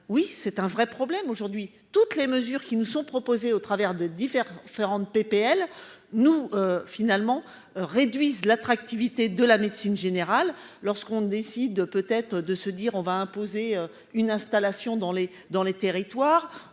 Oui c'est un vrai problème aujourd'hui toutes les mesures qui nous sont proposées au travers de divers. PPL nous. Finalement réduisent l'attractivité de la médecine générale, lorsqu'on décide de peut-être de se dire on va imposer une installation dans les dans les